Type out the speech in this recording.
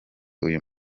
uyu